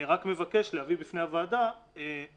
אני רק מבקש להביא בפני הוועדה שיכול